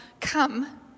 come